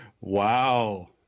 Wow